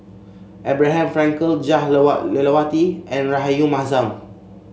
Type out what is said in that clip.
Abraham Frankel Jah Lelawati and Rahayu Mahzam